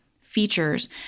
features